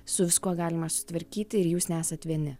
su viskuo galima susitvarkyti ir jūs nesat vieni